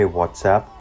WhatsApp